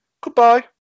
goodbye